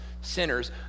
sinners